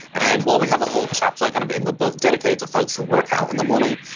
and while we have a whole chapter kind of in the book dedicated to folks who work out in the morning,